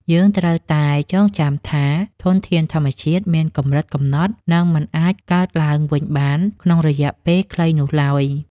យើងត្រូវតែចងចាំថាធនធានធម្មជាតិមានកម្រិតកំណត់ និងមិនអាចកើតឡើងវិញបានក្នុងរយៈពេលខ្លីនោះឡើយ។